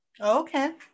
Okay